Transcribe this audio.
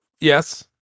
Yes